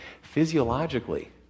Physiologically